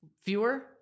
fewer